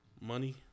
money